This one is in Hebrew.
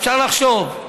אפשר לחשוב.